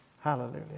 Hallelujah